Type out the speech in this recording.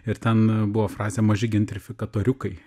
ir ten buvo frazė maži gentrifikatoriukai